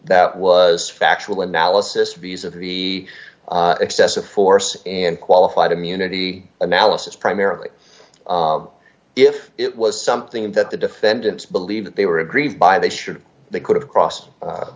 that was factual analysis viz of the excessive force and qualified immunity analysis primarily if it was something that the defendants believe that they were aggrieved by they should they could have cross